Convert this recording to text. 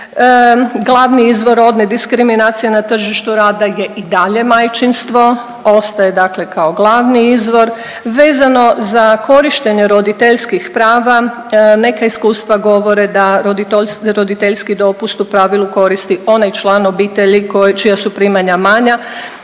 Glavni izvor rodne diskriminacije na tržištu rada je i dalje majčinstvo, ostaje dakle kao glavni izvor, vezano za korištenje roditeljskih prava, neka iskustva govore da roditeljski dopust u pravilu koristi onaj član obitelji koji, čija su primanja manja,